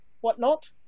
whatnot